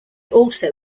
also